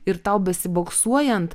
ir tau besiboksuojant